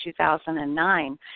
2009